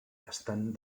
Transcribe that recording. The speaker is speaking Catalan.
estan